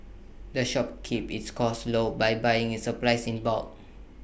the shop keeps its costs low by buying its supplies in bulk